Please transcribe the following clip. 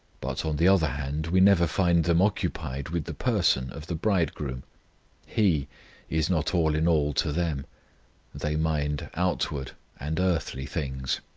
but, on the other hand, we never find them occupied with the person of the bridegroom he is not all in all to them they mind outward and earthly things.